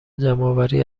جمعآوری